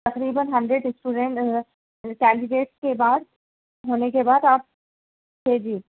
تقریباً hundred student candidate کے بعد ہونے کے بعد آپ بھیجیے